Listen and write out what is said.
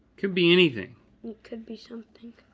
could be anything. it could be something.